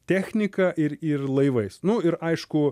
technika ir ir laivais nu ir aišku